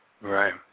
Right